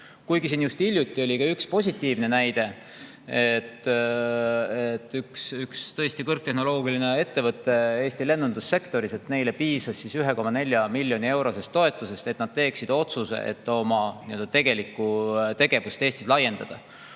Kuigi just hiljuti oli ka üks positiivne näide. Ühele kõrgtehnoloogilisele ettevõttele Eesti lennundussektoris piisas 1,4 miljoni eurosest toetusest, et nad teeksid otsuse, et oma tegelikku tegevust Eestis laiendada.